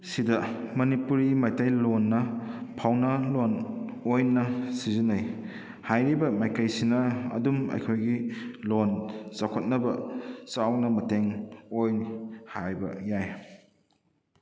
ꯁꯤꯗ ꯃꯅꯤꯄꯨꯔꯤ ꯃꯩꯇꯩꯂꯣꯟꯅ ꯐꯥꯎꯅꯂꯣꯟ ꯑꯣꯏꯅ ꯁꯤꯖꯤꯟꯅꯩ ꯍꯥꯏꯔꯤꯕ ꯃꯥꯏꯀꯩꯁꯤꯅ ꯑꯗꯨꯝ ꯑꯩꯈꯣꯏꯒꯤ ꯂꯣꯟ ꯆꯥꯎꯈꯠꯅꯕ ꯆꯥꯎꯅ ꯃꯇꯦꯡ ꯑꯣꯏ ꯍꯥꯏꯕ ꯌꯥꯏ